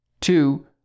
Two